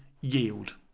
yield